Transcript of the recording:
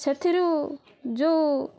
ସେଥିରୁ ଯେଉଁ